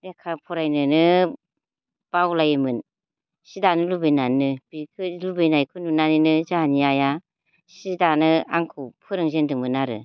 लेखा फरायनोनो बावलायोमोन सि दानो लुबैनानैनो बेफोर लुबैनायखौ नुनानैनो जोंहानि आइआ सि दानो आंखौ फोरोंजेन्दोंमोन आरो